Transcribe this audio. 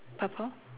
purple